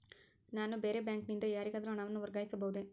ನಾನು ಬೇರೆ ಬ್ಯಾಂಕ್ ನಿಂದ ಯಾರಿಗಾದರೂ ಹಣವನ್ನು ವರ್ಗಾಯಿಸಬಹುದೇ?